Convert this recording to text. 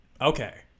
Okay